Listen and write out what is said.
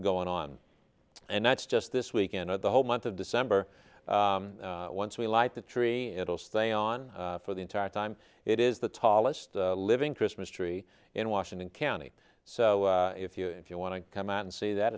going on and that's just this weekend or the whole month of december once we light the tree it'll stay on for the entire time it is the tallest living christmas tree in washington county so if you if you want to come out and see that